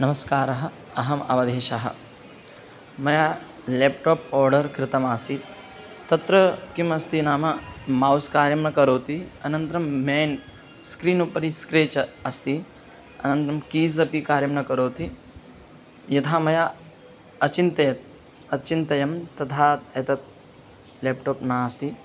नमस्कारः अहम् अवधीशः मया लेप्टाप् आर्डर् कृतम् आसीत् तत्र किमस्ति नाम मौस् कार्यं न करोति अनन्तरं मेन् स्क्रीन् उपरि स्क्रेच् अस्ति अनन्तरं कीस् अपि कार्यं न करोति यथा मया अचिन्तयत् अचिन्तयं तथा एतत् लेप्टाप् न आसीत्